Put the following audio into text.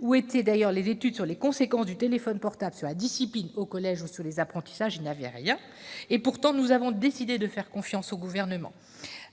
Où étaient d'ailleurs les études sur les conséquences de l'usage du téléphone portable sur la discipline au collège ou sur les apprentissages ? Il n'y avait rien ! Et pourtant, nous avons décidé de faire confiance au Gouvernement.